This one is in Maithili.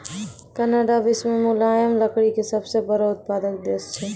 कनाडा विश्व मॅ मुलायम लकड़ी के सबसॅ बड़ो उत्पादक देश छै